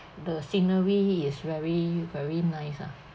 the scenery is very very nice ah